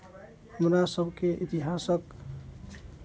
हमरा सभके इतिहासक